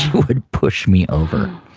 would push me over.